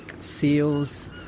seals